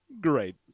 Great